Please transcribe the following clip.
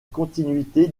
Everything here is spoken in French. continuité